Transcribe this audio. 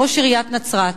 ראש עיריית נצרת,